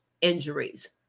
injuries